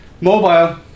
mobile